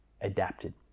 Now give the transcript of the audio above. adapted